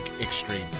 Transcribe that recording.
Extreme